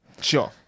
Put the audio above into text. Sure